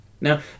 Now